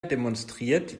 demonstriert